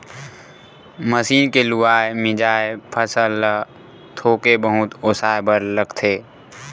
machine के लुवाए, मिंजाए फसल ल थोके बहुत ओसाए बर लागथे